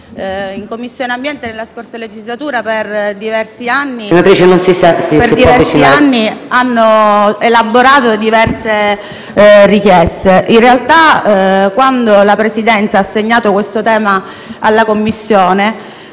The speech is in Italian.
di Commissione della scorsa legislatura, dove per diversi anni sono state elaborate diverse richieste. In realtà, quando la Presidenza ha assegnato questo tema alla Commissione,